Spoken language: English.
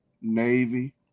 Navy